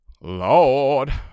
Lord